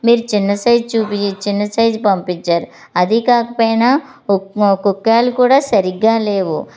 మీరు చిన్న సైజు చూపి చిన్న సైజు పంపించారు అదీ కాకపోయినా ఉప్ కొక్కాలు కూడా సరిగ్గా లేవు